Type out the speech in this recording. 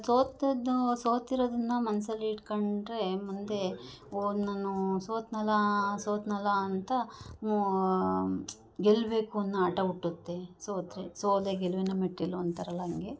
ಸೋತದ್ದು ಸೋತಿರೋದನ್ನು ಮನ್ಸಲ್ಲಿ ಇಟ್ಕೊಂಡ್ರೆ ಮುಂದೆ ಓ ನಾನು ಸೋತ್ನಲ್ಲಾ ಸೋತ್ನಲ್ಲಾ ಅಂತ ಗೆಲ್ಲಬೇಕು ಅನ್ನೋ ಹಠ ಹುಟ್ಟುತ್ತೆ ಸೋತರೆ ಸೋಲೆ ಗೆಲುವಿನ ಮೆಟ್ಟಿಲು ಅಂತಾರಲ್ಲ ಹಂಗೆ